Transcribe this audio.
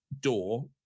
door